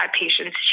patients